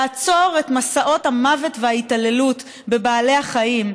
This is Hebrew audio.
לעצור את מסעות המוות וההתעללות בבעלי החיים,